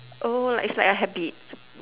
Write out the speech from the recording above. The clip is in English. oh like it's like a habit